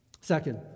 Second